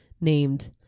named